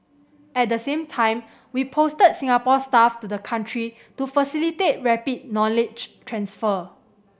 at the same time we posted Singapore staff to the country to facilitate rapid knowledge transfer